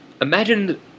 Imagine